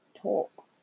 talk